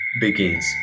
begins